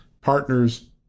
partners